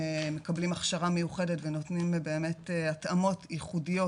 שהם מקבלים הכשרה מיוחדת ונותנים באמת התאמות ייחודיות